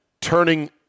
turning